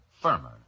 firmer